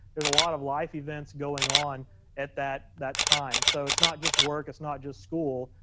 there's a lot of life events going on at that that time. so it's not just work, it's not just school,